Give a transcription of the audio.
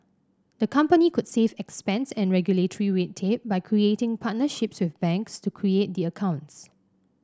the company could save expense and regulatory red tape by creating partnerships with banks to create the accounts